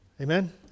Amen